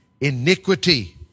iniquity